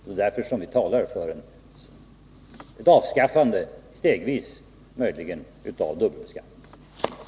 Det är därför som vi talar för ett, möjligen stegvis, avskaffande av dubbelbeskattningen.